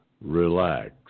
relax